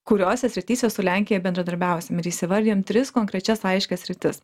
kuriose srityse su lenkija bendradarbiausim ir įsivardijom tris konkrečias aiškias sritis